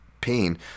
pain